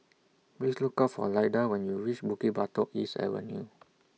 Please Look For Lyda when YOU REACH Bukit Batok East Avenue